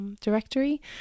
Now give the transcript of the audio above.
directory